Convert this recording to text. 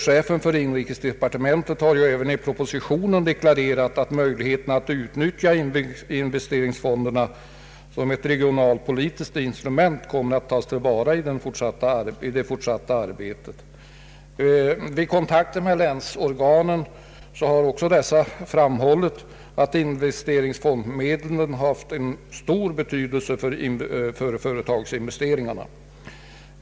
Chefen för inrikesdepartementet har ju även i propositionen deklarerat att möjligheterna att utnyttja investeringsfonderna som ett regionalpolitiskt instrument kommer att tas till vara i det fortsatta arbetet. Vid kontakter med länsorganen har också dessa framhållit att investeringsfondsmedlen haft stor betydelse för företagsinvesteringarna.